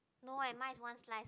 no eh mine is one slice